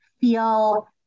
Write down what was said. feel